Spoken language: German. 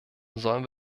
sollen